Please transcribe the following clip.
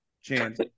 chance